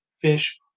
fish